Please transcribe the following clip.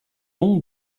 nom